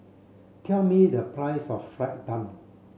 tell me the price of fried bun